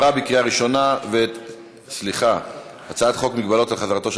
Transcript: להעביר את הצעת חוק מגבלות על חזרתו של